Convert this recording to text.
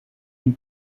une